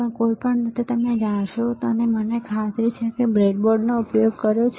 તેથી કોઈપણ રીતે તમે જાણશો અને મને ખાતરી છે કે તમે આ બ્રેડબોર્ડનો ઉપયોગ કર્યો છે